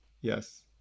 yes